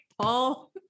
paul